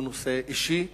הוא נושא אישי,